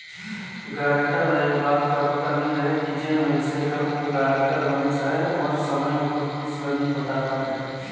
guarantor ल ए बात कर पता नी रहें कि जेन मइनसे कर ओ गारंटर बनिस अहे ओहर समे उपर किस्त ल नी पटात अहे